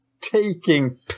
Taking